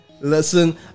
Listen